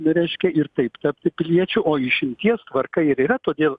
v reiškia ir taip tapti piliečiu o išimties tvarka ir yra todėl